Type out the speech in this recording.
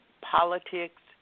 politics